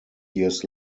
years